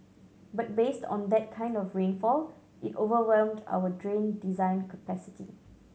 but based on that kind of rainfall it overwhelmed our drain design capacity